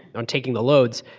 on taking the loads.